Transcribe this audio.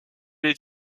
les